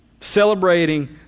celebrating